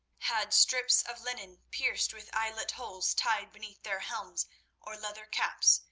had strips of linen pierced with eyelet holes tied beneath their helms or leather caps,